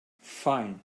fine